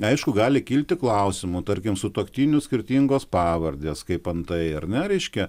aišku gali kilti klausimų tarkim sutuoktinių skirtingos pavardės kaip antai ar ne reiškia